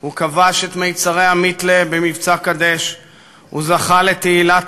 הוא כבש את מצרי המיתלה במבצע "קדש"; הוא זכה לתהילת